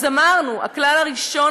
אז אמרנו: הכלל הראשון,